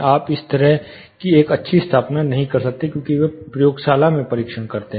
आप इस तरह की एक अच्छी स्थापना नहीं कर सकते क्योंकि वे प्रयोगशाला में परीक्षण करते हैं